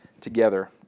together